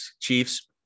Chiefs